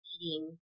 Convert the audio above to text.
eating